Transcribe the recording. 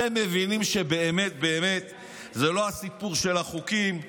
אתם מבינים שזה לא הסיפור של החוקים?